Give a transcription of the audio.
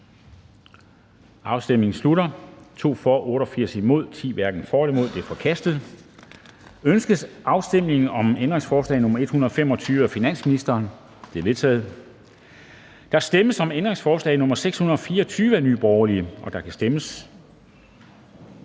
hverken for eller imod stemte 0. Ændringsforslaget er forkastet. Ønskes afstemning om ændringsforslag nr. 709 af finansministeren? Det er vedtaget. Der stemmes om ændringsforslag nr. 623 af NB, og der kan stemmes.